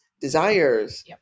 desires